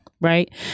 Right